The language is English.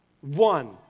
One